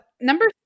Number